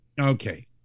Okay